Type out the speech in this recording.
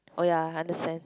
oh ya I understand